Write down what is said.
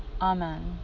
Amen